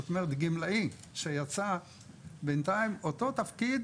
זאת אומרת שגמלאי שיצא בינתיים באותו תפקיד,